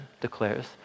declares